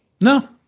No